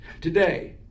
today